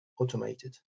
automated